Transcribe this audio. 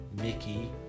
Mickey